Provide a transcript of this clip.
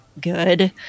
good